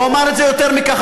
ואומר יותר מכך,